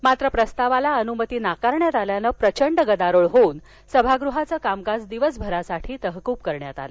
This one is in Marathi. मात्र प्रस्तावाला अन्मती नाकारण्यात आल्यानं प्रचंड गदारोळ होऊन सभागृहाचं कामकाज दिवसभरासाठी तहकूब करण्यात आल